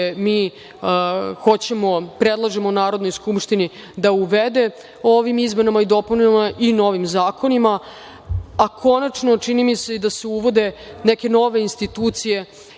mi hoćemo, predlažemo Narodnoj skupštini da uvede ovim izmenama i dopunama i novim zakonima, a konačno, čini mi se i da se uvode neke nove institucije